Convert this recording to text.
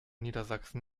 niedersachsen